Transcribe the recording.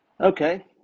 Okay